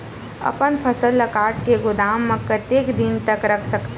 अपन फसल ल काट के गोदाम म कतेक दिन तक रख सकथव?